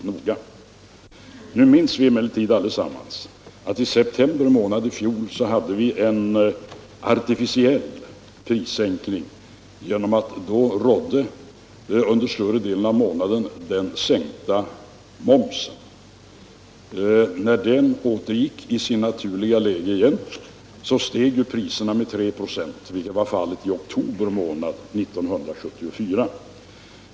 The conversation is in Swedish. Nu minns vi emellertid alla att i september i fjol hade vi en artificiell prissänkning genom att vi under större delen av månaden hade den sänkta momsen. När momsen återgick till sitt gamla läge steg priserna med 3 96, vilket var fallet i oktober månad 1974.